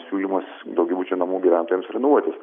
siūlymas daugiabučių namų gyventojams renovuotis